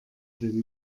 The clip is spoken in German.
den